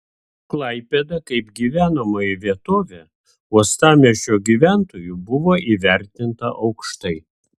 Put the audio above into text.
klaipėda kaip gyvenamoji vietovė uostamiesčio gyventojų buvo įvertinta aukštai